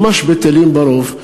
ממש בטלים ברוב,